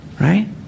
right